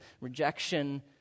rejection